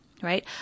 right